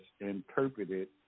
interpreted